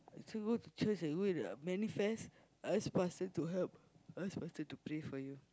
to go church and go and the manifest ask pastor to help ask pastor to pray for you